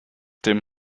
dem